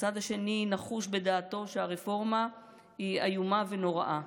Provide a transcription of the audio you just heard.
והצד השני נחוש בדעתו שהרפורמה היא איומה ונוראה,